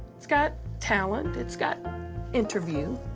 it's got talent. it's got interview.